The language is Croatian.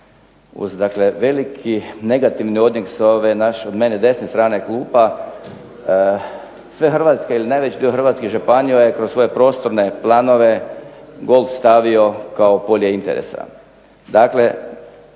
veliki negativni odjek sa ove meni desne strane klupa. Sve hrvatske ili najveći dio hrvatskih županija je kroz svoje prostorne planove golf stavio kao polje interesa.